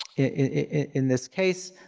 in this case,